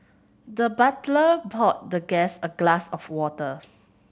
the butler poured the guest a glass of water